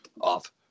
off